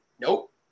Nope